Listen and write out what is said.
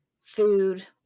food